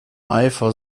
eifer